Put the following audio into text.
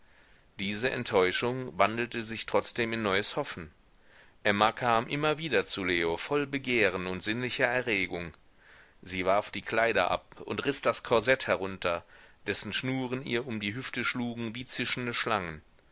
diese enttäuschung wandelte sich trotzdem in neues hoffen emma kam immer wieder zu leo voll begehren und sinnlicher erregung sie warf die kleider ab und riß das korsett herunter dessen schnuren ihr um die hüften schlugen wie zischende schlangen